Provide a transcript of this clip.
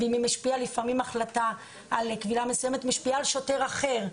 לפעמים החלטה על קבילה מסוימת משפיעה על שוטר אחר,